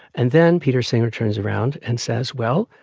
and then peter singer turns around and says, well,